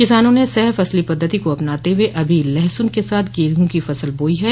किसानों ने सह फसली पद्धति को अपनाते हुए अभी लहसुन के साथ गेंहू की फसल बोई है